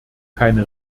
keine